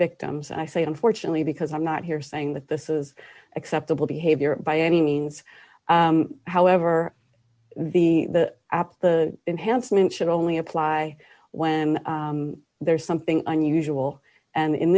victims and i say unfortunately because i'm not here saying that this is acceptable behavior by any means however the the app's the enhancement should only apply when there's something unusual and in